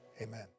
Amen